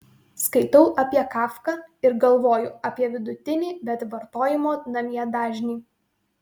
skaitau apie kafką ir galvoju apie vidutinį bet vartojimo namie dažnį